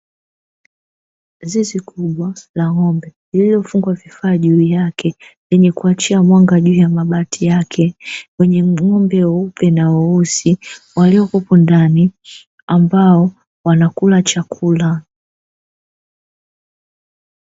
Zizi kubwa la ng’ombe lililofungwa vifaa juu yake, lenye kuachia mwanga juu ya mabati yake, lenye ng’ombe weupe na weusi, waliokuwepo ndani, ambao wanakula chakula.